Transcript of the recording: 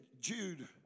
Jude